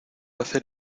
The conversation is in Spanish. hacer